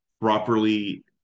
properly